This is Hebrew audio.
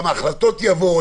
גם ההחלטות יבואו.